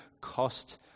cost